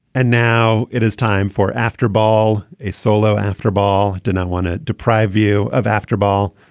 and now it is time for after ball, a solo after ball. do not want to deprive you of after ball.